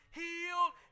healed